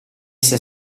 sia